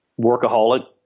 Workaholic